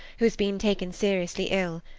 who has been taken seriously ill.